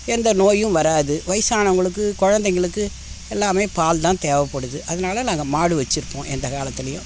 எந்த நோயும் வராது வயதானவங்களுக்கு குழந்தைங்களுக்கு எல்லாமே பால் தான் தேவைப்படுது அதனாலே நாங்கள் மாடு வெச்சுருப்போம் எந்த காலத்திலையும்